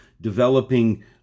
developing